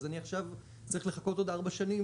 אז אני עכשיו צריך לחכות עוד ארבע שנים